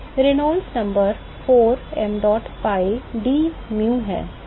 Reynolds संख्या 4 mdot pi d mu है